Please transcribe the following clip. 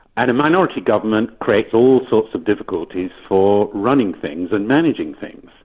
and a minority government creates all sorts of difficulties for running things and managing things,